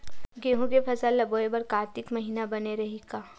गेहूं के फसल ल बोय बर कातिक महिना बने रहि का?